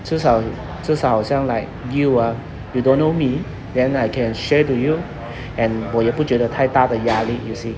至少至少好像 like you ah you don't know me then I can share to you and 我也不觉得太大的压力 you see